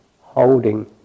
holding